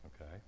okay